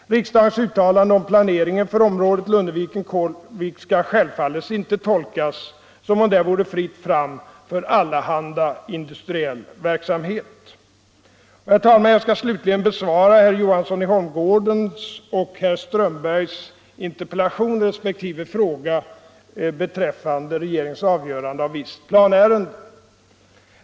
Riksdagens uttalande om planeringen för området Lunneviken-Kålvik skall självfallet inte tolkas som om där vore fritt fram för allehanda industriell verksamhet. Herr talman! Jag skall slutligen besvara herr Johanssons i Holmgården interpellation och herr Strömbergs i Botkyrka fråga beträffande regeringens avgörande av visst planärende.